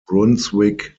brunswick